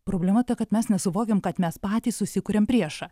problema ta kad mes nesuvokiam kad mes patys susikuriam priešą